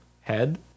Head